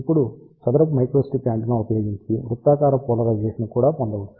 ఇప్పుడు చదరపు microstrip antenna ఉపయోగించి వృత్తాకార పోలరైజేషన్ ని కూడా పొందవచ్చు